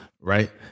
right